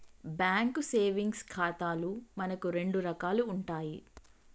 bank savings ఖాతాలు మనకు రెండు రకాలు ఉంటాయి